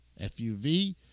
FUV